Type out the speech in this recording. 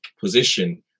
position